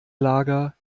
lager